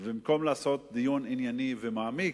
במקום לעשות דיון ענייני ומעמיק,